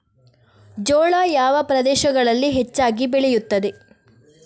ಜೋಳ ಯಾವ ಪ್ರದೇಶಗಳಲ್ಲಿ ಹೆಚ್ಚಾಗಿ ಬೆಳೆಯುತ್ತದೆ?